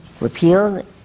repealed